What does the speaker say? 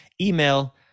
email